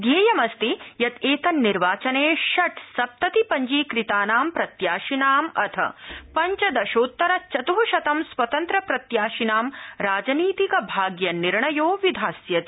ध्येयमस्ति यत् एतन्निर्वाचने षट् सप्तति पंजीकृतानां प्रत्याशिनाम् अथ पंचदशेत्तर चत्ःशतं स्वतन्त्र प्रत्याशिनां राजनीतिक भाम्य निर्णयो विधास्यते